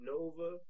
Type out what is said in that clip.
Nova